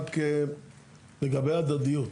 רק לגבי הדדיות.